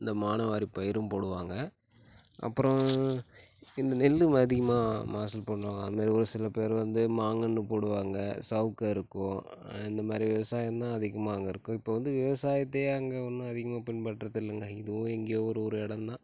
இந்த மானாவாரி பயிரும் போடுவாங்கள் அப்பறம் இந்த நெல் அதிகமாக மகசூல் பண்ணுவாங்கள் அந்த மாரி ஒரு சில பயிர் வந்து மாங்கன்று போடுவாங்கள் சௌக்கு அறுக்குவோம் இந்த மாதிரி விவசாயம் தான் அதிகமாக அங்கே இருக்கும் இப்போ வந்து விவசாயத்தையே அங்கே ஒன்றும் அதிகமாக பின்பற்றதில்லைங்க ஏதோ எங்கேயோ ஒரு ஒரு இடம் தான்